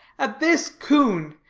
at this coon.